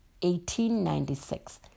1896